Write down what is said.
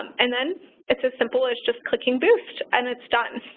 and then it's as simple as just clicking boost and it's done.